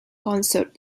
concert